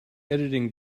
editing